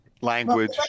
Language